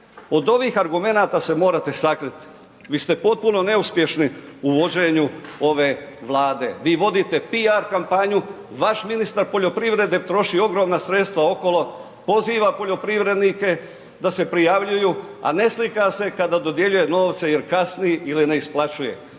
Od ovih argumenata se morate sakrit. Vi ste potpuno neuspješni u vođenju ove Vlade, vi vodite piar kampanju, vaš ministar poljoprivrede troši ogromna sredstva okolo, poziva poljoprivrednike da se prijavljuju, a ne slika se kada dodjeljuje novce jer kasni ili ne isplaćuje.